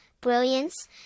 brilliance